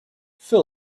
phil